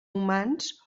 humans